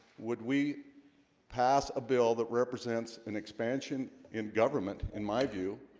would we pass a bill that represents an expansion in government in my view?